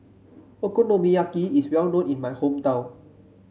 okonomiyaki is well known in my hometown